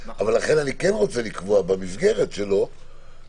אבל לכן אני כן רוצה לקבוע במסגרת שלו את העניין הזה.